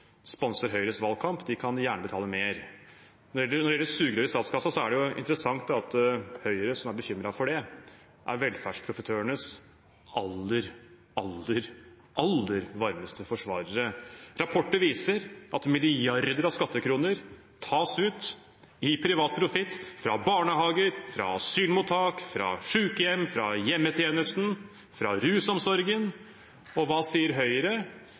sponser Høyres valgkamp, kan gjerne betale mer. Når det gjelder sugerør i statskassen, er det interessant at Høyre, som er bekymret for det, er velferdsprofitørenes aller, aller varmeste forsvarer. Rapporter viser at milliarder av skattekroner tas ut i privat profitt fra barnehager, asylmottak, sykehjem, hjemmetjenesten og rusomsorgen. Og hva sier Høyre?